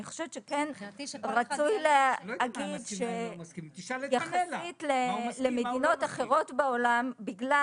רצוי להגיד שיחסית למדינות אחרות בעולם בגלל